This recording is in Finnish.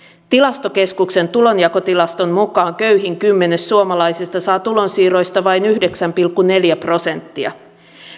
tilastokeskuksen tulonjakotilaston mukaan köyhin kymmenes suomalaisista saa tulonsiirroista vain yhdeksän pilkku neljä prosenttia